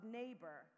neighbor